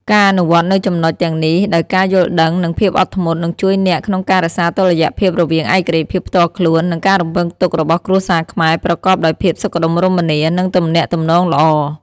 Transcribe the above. ការអនុវត្តនូវចំណុចទាំងនេះដោយការយល់ដឹង និងភាពអត់ធ្មត់ នឹងជួយអ្នកក្នុងការរក្សាតុល្យភាពរវាងឯករាជ្យភាពផ្ទាល់ខ្លួន និងការរំពឹងទុករបស់គ្រួសារខ្មែរ ប្រកបដោយភាពសុខដុមរមនា និងទំនាក់ទំនងល្អ។